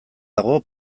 dago